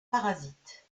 parasites